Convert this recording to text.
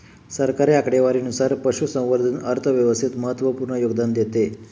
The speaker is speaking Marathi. सरकारी आकडेवारीनुसार, पशुसंवर्धन अर्थव्यवस्थेत महत्त्वपूर्ण योगदान देते